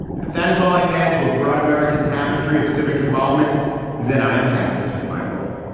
and if that is all i can add to a broad american tapestry of civic involvement then i am happy to play my role